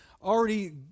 already